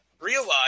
realize